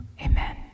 Amen